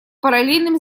параллельным